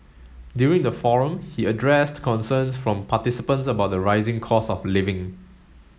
during the forum he addressed concerns from participants about the rising cost of living